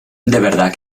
verdad